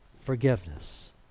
Forgiveness